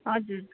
हजुर